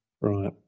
Right